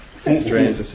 strange